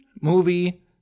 movie